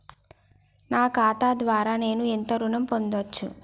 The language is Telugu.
నా ఖాతా ద్వారా నేను ఎంత ఋణం పొందచ్చు?